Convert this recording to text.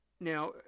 Now